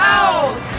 out